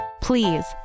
Please